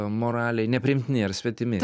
moraliai nepriimtini ir svetimi